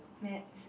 next